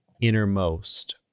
innermost